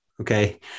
Okay